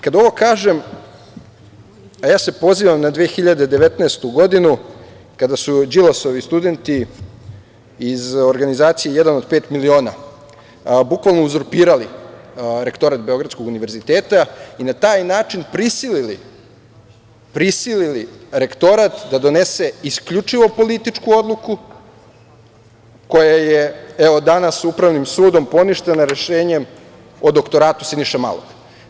Kad ovo kažem, a ja se pozivam na 2019. godinu, kada su Đilasovi studenti iz organizacije „Jedan od pet miliona“ bukvalno uzurpirali Rektorat Beogradskog univerziteta i na taj način prisilili Rektorat da donese isključivo političku odluku koja je evo danas Upravnim sudom poništena rešenjem o doktoratu Siniše Malog.